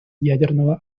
ядерного